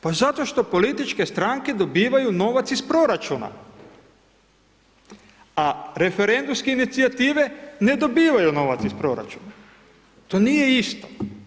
Pa zato što političke stranke dobivaju novac iz proračuna, a referendumske inicijative ne dobivaju novac iz proračuna, to nije isto.